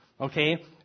okay